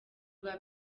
rwa